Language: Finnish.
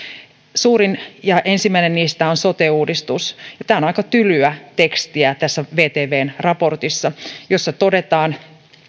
suurin ja ensimmäinen niistä on sote uudistus ja tämä on on aika tylyä tekstiä tässä vtvn raportissa jossa todetaan